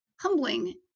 humbling